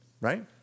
Right